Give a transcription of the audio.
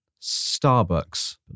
Starbucks